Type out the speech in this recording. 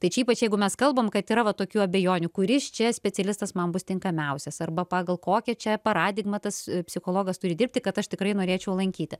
tai čia ypač jeigu mes kalbam kad yra va tokių abejonių kuris čia specialistas man bus tinkamiausias arba pagal kokią čia paradigmą tas psichologas turi dirbti kad aš tikrai norėčiau lankyti